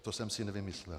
To jsem si nevymyslel.